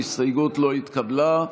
ההסתייגות לא התקבלה.